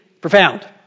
profound